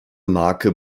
marke